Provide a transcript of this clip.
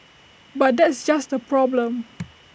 but that's just the problem